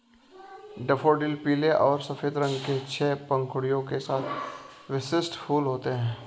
daffodil पीले और सफ़ेद रंग के छह पंखुड़ियों के साथ विशिष्ट फूल होते हैं